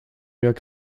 york